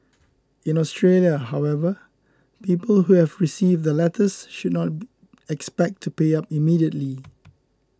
in Australia however people who have received the letters should not expect to pay up immediately